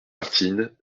tartines